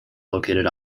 located